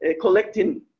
collecting